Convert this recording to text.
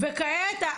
וכעת,